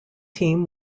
team